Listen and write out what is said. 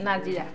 Nazira